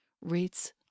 rates